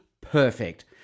perfect